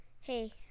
Hey